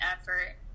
effort